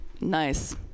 Nice